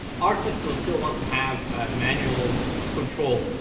artists will still want to have manual control. you